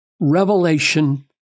revelation